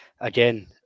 again